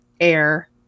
air